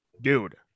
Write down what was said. Dude